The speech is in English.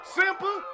simple